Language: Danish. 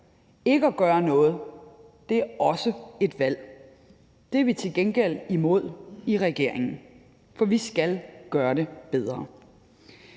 Ikke at gøre noget er også et valg. Det er vi til gengæld imod i regeringen, for vi skal gøre det bedre.